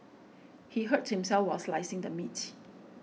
he hurt himself while slicing the meat